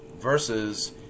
versus